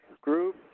Group